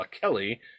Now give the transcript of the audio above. Kelly